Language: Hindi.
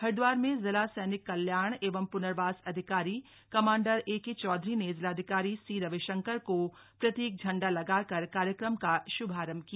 हरिद्वार में जिला सैनिक कल्याण एवं प्नर्वास अधिकारी कमाण्डर एके चौधरी ने जिलाधिकारी सी रविशंकर को प्रतीक झंडी लगाकर कार्यक्रम का श्भारम्भ किया